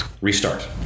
restart